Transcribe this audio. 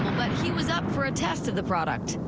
but he was up for a test of the product.